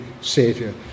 saviour